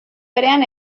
berean